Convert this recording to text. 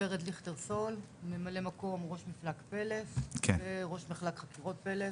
אני מ"מ ראש מפלג "פלס" וראש מחלק חקירות "פלס".